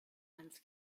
lens